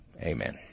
amen